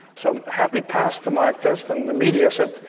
so happy passed the mark test and the media said,